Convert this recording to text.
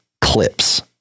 clips